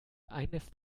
eines